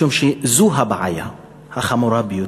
משום שזו הבעיה החמורה ביותר.